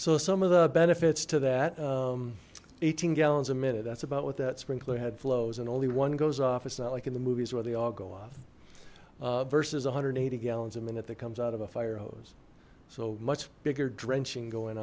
so some of the benefits to that eighteen gallons a minute that's about what that sprinkler head flows and only one goes off it's not like in the movies where they all go off versus one hundred and eighty gallons a minute that comes out of a firehose so much bigger drenching going